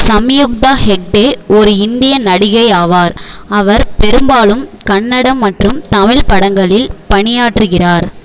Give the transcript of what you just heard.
சம்யுக்தா ஹெக்டே ஒரு இந்திய நடிகை ஆவார் அவர் பெரும்பாலும் கன்னடம் மற்றும் தமிழ் படங்களில் பணியாற்றுகிறார்